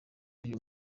uyu